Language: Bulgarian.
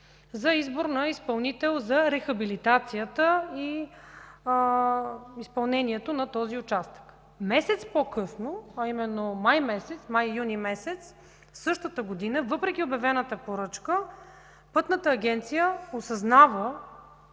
за избор на изпълнител за рехабилитацията и изпълнението на този участък. Месец по-късно, а именно май и юни месец същата година, въпреки обявената поръчка Пътната агенция осъзнава